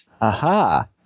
Aha